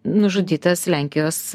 nužudytas lenkijos